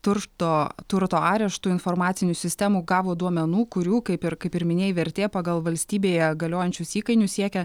turšto turto areštų informacinių sistemų gavo duomenų kurių kaip ir kaip ir minėjai vertė pagal valstybėje galiojančius įkainius siekia